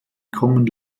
common